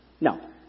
No